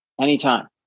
anytime